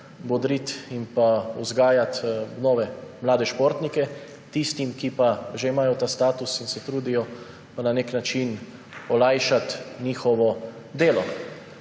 bodriti in vzgajati nove mlade športnike, tistim, ki že imajo ta status in se trudijo, pa na nek način olajšati njihovo delo.